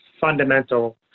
fundamental